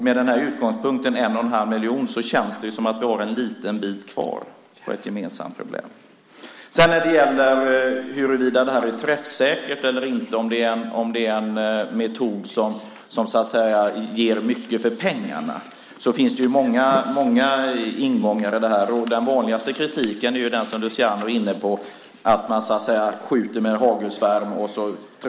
Med utgångspunkten en och en halv miljon känns det som att vi har en liten bit kvar på ett gemensamt problem. När det gäller huruvida det här är träffsäkert eller inte, om det är en metod som ger mycket för pengarna, finns det många ingångar. Den vanligaste kritiken är ju den Luciano är inne på, att man skjuter med hagelsvärm.